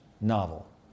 novel